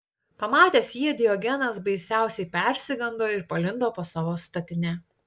pamatęs jį diogenas baisiausiai persigando ir palindo po savo statine